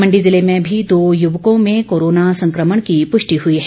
मंडी जिले में भी दो युवकों में कोरोना संक्रमण की पृष्टि हुई है